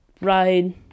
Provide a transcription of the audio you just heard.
Ride